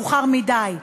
מאוחר מדי.